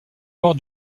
mort